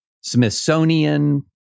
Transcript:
Smithsonian